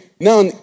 Now